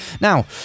Now